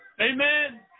Amen